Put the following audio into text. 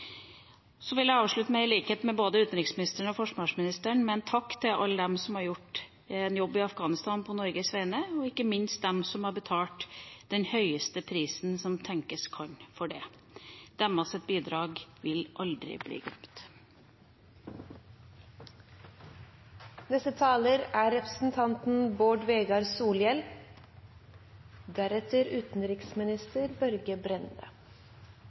Så vil jeg i likhet med både utenriksministeren og forsvarsministeren avslutte med en takk til alle dem som har gjort en jobb i Afghanistan på Norges vegne, og ikke minst til dem som har betalt den høyeste prisen som tenkes kan for det – deres bidrag vil aldri bli glemt.